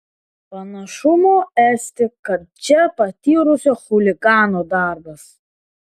panašumo esti kad čia patyrusio chuligano darbas